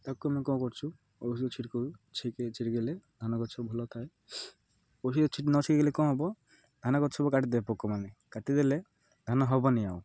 ତାକୁ ଆମେ କ'ଣ କରୁଛୁ ଔଷଧ ଛିଡ଼ିକଉ ଛିିକେ ଛିଡ଼କେଇଲେ ଧାନ ଗଛ ଭଲ ଥାଏ ଓଷଧ ଛିଡ଼ି ନ ଛିକଲେ କ'ଣ ହବ ଧାନ ଗଛ ସ କାଟିଦେବେ ପୋକମାନେ କାଟିଦେଲେ ଧାନ ହବନି ଆଉ